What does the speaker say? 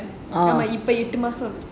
இப்ப எட்டு மாசம்:ippa ettu maasam